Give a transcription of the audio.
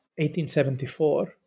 1874